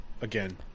again